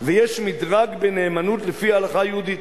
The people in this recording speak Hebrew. ויש מדרג בנאמנות לפי ההלכה היהודית.